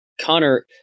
Connor